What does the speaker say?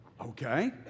Okay